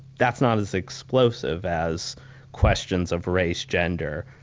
that's not as explosive as questions of race, gender,